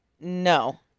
No